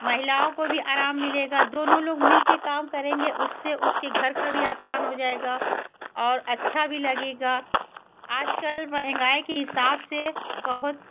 महिलाओं को भी आराम मिलेगा दोनों लोग मिल के काम करेंगे उससे उसके घर का भी आसान हो जाएगा और अच्छा भी लगेगा आज कल महंगाई के हिसाब से बहुत